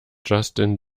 justin